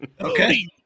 Okay